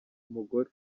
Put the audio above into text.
umugore